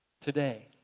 today